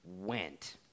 went